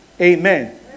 amen